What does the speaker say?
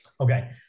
Okay